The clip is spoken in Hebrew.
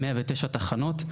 109 תחנות.